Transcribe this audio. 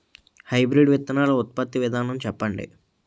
Hybrid విత్తనాలు ఉత్పత్తి విధానం చెప్పండి?